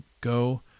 go